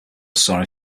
sorry